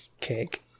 cake